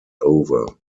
over